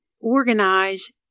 organize